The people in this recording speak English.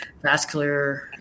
vascular